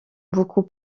beaucoup